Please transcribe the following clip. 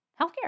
healthcare